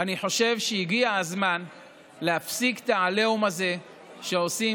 אני חושב שהגיע הזמן להפסיק את העליהום הזה שעושים